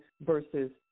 versus